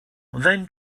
then